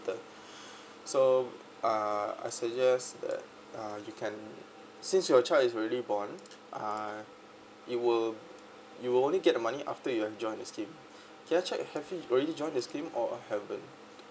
ter so uh I suggest that uh you can since your child is already born uh you will you will only get the money after you have join the scheme can I check have you already join the scheme or haven't